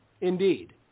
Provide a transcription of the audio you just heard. indeed